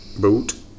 boot